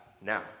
now